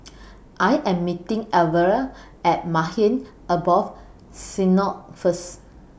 I Am meeting Alvera At Maghain Aboth Syna First